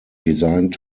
designed